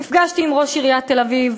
נפגשתי עם ראש עיריית תל-אביב,